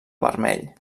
vermell